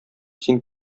син